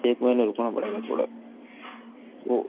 एक महीने रुखना पड़ेगा थोड़ा वो